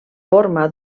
forma